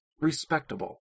respectable